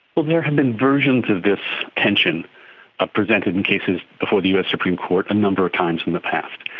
well, there has been versions of this tension ah presented in cases before the us supreme court a number of times in the past.